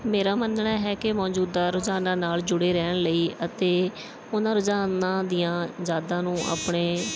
ਮੇਰਾ ਮੰਨਣਾ ਹੈ ਕਿ ਮੌਜੂਦਾ ਰੁਝਾਨਾਂ ਨਾਲ ਜੁੜੇ ਰਹਿਣ ਲਈ ਅਤੇ ਉਹਨਾਂ ਰੁਝਾਨਾਂ ਦੀਆਂ ਯਾਦਾਂ ਨੂੰ ਆਪਣੇ